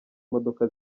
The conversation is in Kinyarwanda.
imodoka